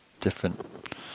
different